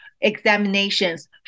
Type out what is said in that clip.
examinations